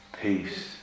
peace